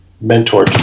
mentor